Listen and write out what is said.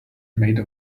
made